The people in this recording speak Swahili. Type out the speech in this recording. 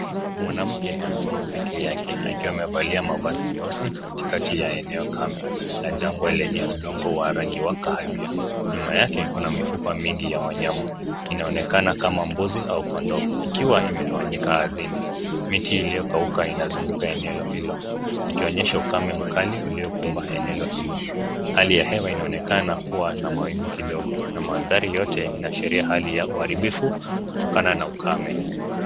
Mwanamke amesimama pekee yake akiwa amevalia mavazi meusi katikati ya eneo kame la jangwa lenye udongo wa rangi ya kahawia ,nyuma yake kuna mifupa mingi ya wanyama, inaonekana kama mbuzi au kondoo ikiwa imetawanyika ardhini ,miti iliyokauka inazunguoa eneo hilo ikionyesha ukame mkali uliokumba eneo hilo, hali ya hewa inaonekana kuwa na mawingu kidogo mandhari yote inaashiria hali ya uharibifu kutokana na ukame.